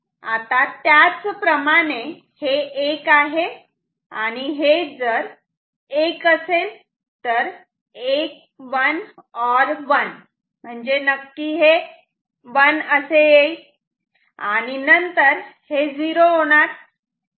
आता त्याच प्रमाणे हे 1 आहे आणि हे जर 1 असेल तर 1 ऑर 1 म्हणजे नक्की हे 1 असे येईल आणि नंतर हे 0 होणार